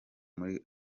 muri